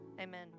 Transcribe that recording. Amen